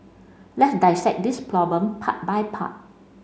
let's dissect this problem part by part